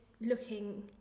looking